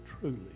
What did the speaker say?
truly